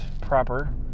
proper